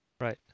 Right